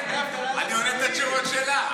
אני נותן את התשובות שלה.